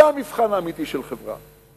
זה המבחן האמיתי של חברה,